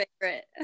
favorite